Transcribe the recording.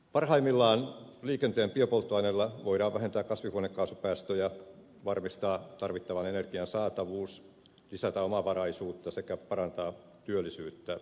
parhaimmillaan liikenteen biopolttoaineilla voidaan vähentää kasvihuonekaasupäästöjä varmistaa tarvittavan energian saatavuus lisätä omavaraisuutta sekä parantaa työllisyyttä